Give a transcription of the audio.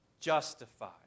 justified